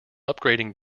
upgrading